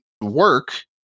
work